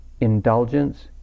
indulgence